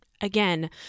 Again